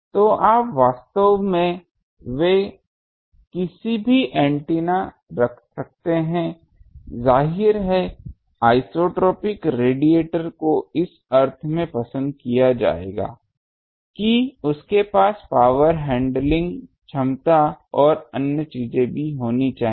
तो आप वास्तव में वे किसी भी एंटीना रख सकते हैं जाहिर है आइसोट्रोपिक रेडिएटर को इस अर्थ में पसंद किया जाएगा कि उसके पास पावर हैंडलिंग क्षमता और अन्य चीजें होनी चाहिए